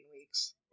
weeks